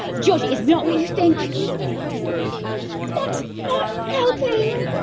georgie, it's not what you think! it is everything you think and more! that's not helping!